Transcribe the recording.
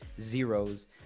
zeros